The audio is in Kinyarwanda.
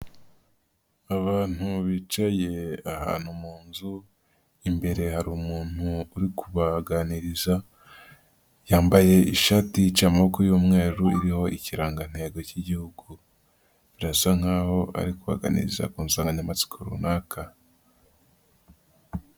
Abantu bicaye ahantu mu nzu, imbere hari umuntu uri kubaganiriza yambaye ishati iciye amaboko y'umweru iriho ikirangantego k'Igihugu birasa nk'aho ari ku baganiriza ku nsanganyamatsiko runaka.